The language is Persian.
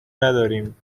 نداریم